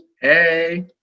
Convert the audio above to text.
Hey